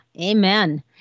Amen